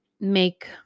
make